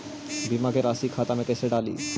बीमा के रासी खाता में कैसे डाली?